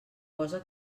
cosa